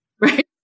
right